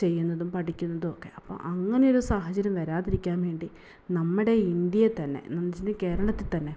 ചെയ്യുന്നതും പഠിക്കുന്നതും ഒക്കെ അപ്പോൾ അങ്ങനെ ഒരു സാഹചര്യം വരാതിരിക്കാൻ വേണ്ടി നമ്മുടെ ഇന്ത്യയേ തന്നെ എന്നു വെച്ചിട്ടുണ്ടെങ്കിൽ കേരളത്തിൽ തന്നെ